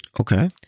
Okay